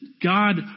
God